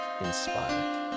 inspired